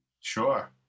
Sure